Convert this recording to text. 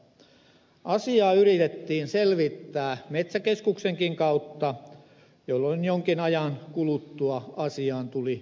asiaa yritettiin selvittää metsäkeskuksenkin kautta jolloin jonkin ajan kuluttua asiaan tuli selvitys